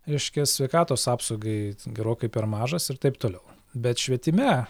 reiškia sveikatos apsaugai t gerokai per mažas ir taip toliau bet švietime